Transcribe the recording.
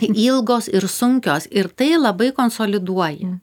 ilgos ir sunkios ir tai labai konsoliduoja